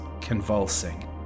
convulsing